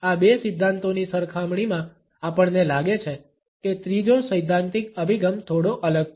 આ બે સિદ્ધાંતોની સરખામણીમાં આપણને લાગે છે કે ત્રીજો સૈદ્ધાંતિક અભિગમ થોડો અલગ છે